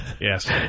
Yes